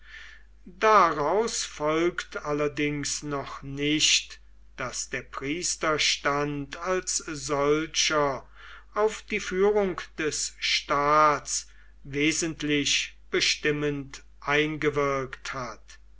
daraus folgt allerdings noch nicht daß der priesterstand als solcher auf die führung des staats wesentlich bestimmend eingewirkt hat